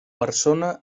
persona